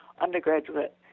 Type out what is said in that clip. undergraduate